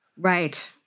Right